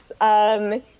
yes